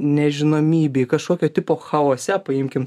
nežinomybėj kažkokio tipo chaose paimkim